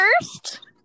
first